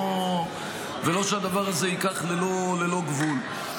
ולא שהדבר הזה יהיה ללא גבול.